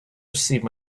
receive